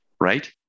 right